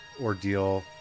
ordeal